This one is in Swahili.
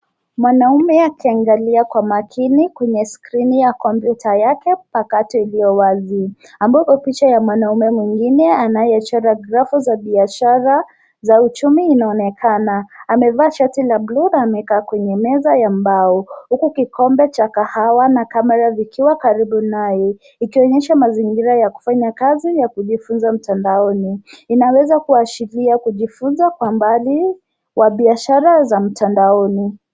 Mwanaume akiangalia kwa makini kwenye skrini ya komputa yake mpakato iliyowazi ambapo picha ya mwanaume mwingine anayechora grafu za biashara za uchumi inaonekana. Amevaa shati la bluu na amekaa kwenye meza ya mbao huku kikombe cha kahawa na kamera vikiwa karibu naye ikionyesha mazingira ya kufanya kazi ya kujifunza mtandaoni. Inaweza kuashiria kujifunza kwa mbali, kwa biashara za mtandaoni.